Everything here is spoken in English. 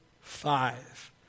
five